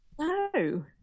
No